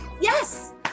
Yes